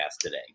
today